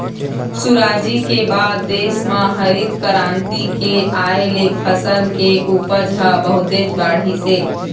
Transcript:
सुराजी के बाद देश म हरित करांति के आए ले फसल के उपज ह बहुतेच बाढ़िस हे